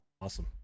Awesome